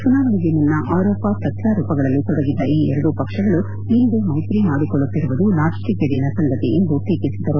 ಚುನಾವಣೆಗೆ ಮುನ್ನ ಆರೋಪ ಪ್ರತ್ಯಾರೋಪಗಳಲ್ಲಿ ತೊಡಗಿದ್ದ ಈ ಎರಡೂ ಪಕ್ಷಗಳು ಇಂದು ಮೈತ್ರಿ ಮಾಡಿಕೊಳ್ಳುತ್ತಿರುವುದು ನಾಚಿಕೆಗೇಡಿನ ಸಂಗತಿ ಎಂದು ಟೀಕಿಸಿದರು